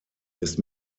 ist